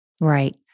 Right